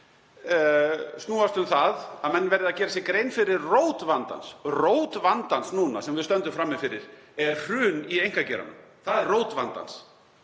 snúast um það að menn verði að gera sér grein fyrir rót vandans. Rót vandans sem við stöndum frammi fyrir núna er hrun í einkageiranum. Það er rót vandans.